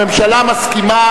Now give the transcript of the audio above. הממשלה מסכימה